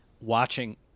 watching